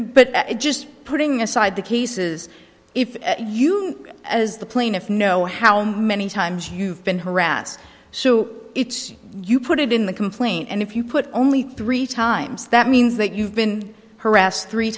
it just putting aside the cases if you as the plaintiff know how many times you've been harassed so it's you put it in the complaint and if you put only three times that means that you've been harassed three